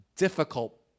difficult